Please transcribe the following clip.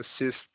assist